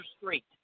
street